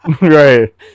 Right